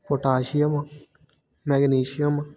potassium magnesium